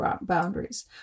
boundaries